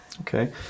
Okay